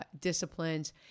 disciplines